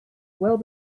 well